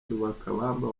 lwakabamba